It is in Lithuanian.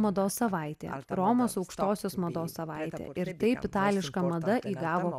mados savaitė romos aukštosios mados savaitė ir taip itališka mada įgavo